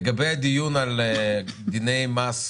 לגבי דיון על דיני מס כלליים,